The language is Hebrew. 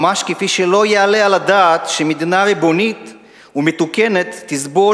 ממש כפי שלא יעלה על הדעת שמדינה ריבונית ומתוקנת תסבול